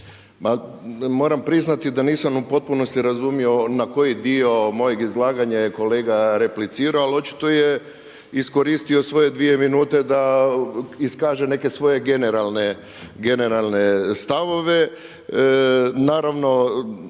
moram priznati da nisam u potpunosti razumio na koji dio mojeg izlaganja je kolega replicirao, ali očito je iskoristio svoje dvije minute da iskaže neke svoje generalne stavove.